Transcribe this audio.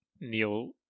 Neil